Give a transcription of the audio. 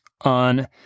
on